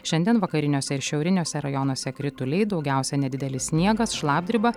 šiandien vakariniuose ir šiauriniuose rajonuose krituliai daugiausiai nedidelis sniegas šlapdriba